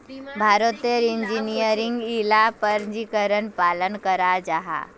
भारतोत झिंगार इला परजातीर पालन कराल जाहा